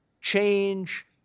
change